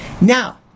Now